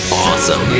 awesome